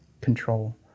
control